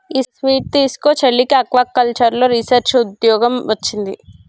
ఈ స్వీట్ తీస్కో, చెల్లికి ఆక్వాకల్చర్లో రీసెర్చ్ ఉద్యోగం వొచ్చింది